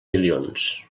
milions